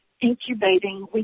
incubating